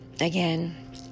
again